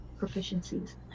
proficiencies